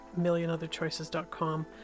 millionotherchoices.com